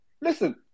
Listen